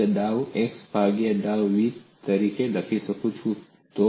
હું ફક્ત ડાઉ x ભાગ્યા ડાઉ v તરીકે લખી શકું છું